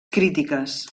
crítiques